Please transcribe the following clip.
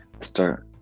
start